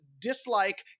dislike